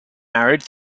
married